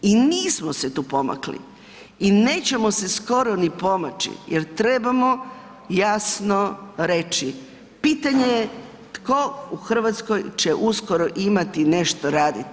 I nismo se tu pomakli i nećemo se skoro ni pomaći jer trebamo jasno reći pitanje je tko u Hrvatskoj će uskoro imati nešto raditi.